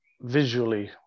visually